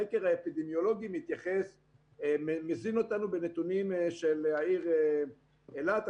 החקר האפידמיולוגי מזין אותנו בנתונים של העיר אילת.